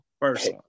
First